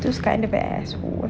those kind of asshole